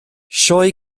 sioe